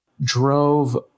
drove